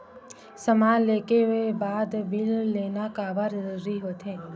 समान ले के बाद बिल लेना काबर जरूरी होथे?